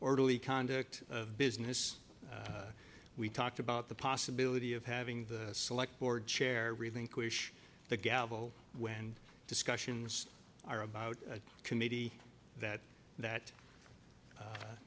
orderly conduct of business we talked about the possibility of having the select board chair relinquish the gavel when discussions are about a committee that that